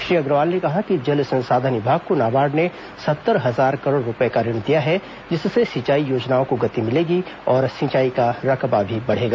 श्री अग्रवाल ने कहा कि जल संसाधन विभाग को नाबार्ड ने सत्तर हजार करोड़ रूपये का ऋण दिया है जिससे सिंचाई योजनाओं को गति मिलेगी और सिंचाई का रकबा भी बढ़ेगा